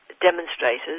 demonstrators